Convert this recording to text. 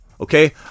okay